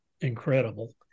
incredible